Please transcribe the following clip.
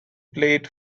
played